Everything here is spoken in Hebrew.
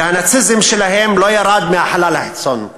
והנאציזם שלהם לא ירד מהחלל החיצון,